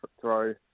throw